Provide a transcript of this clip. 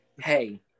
Hey